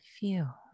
Feel